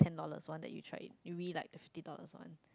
ten dollars one that you tried you really liked the fifty dollar one